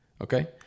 Okay